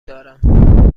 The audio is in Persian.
دارم